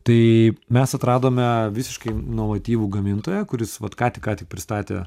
tai mes atradome visiškai įnovatyvų gamintoją kuris vat ką tik ką tik pristatė